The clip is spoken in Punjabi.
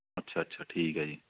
ਅੱਛਾ ਅੱਛਾ ਠੀਕ ਹੈ ਜੀ